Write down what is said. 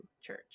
church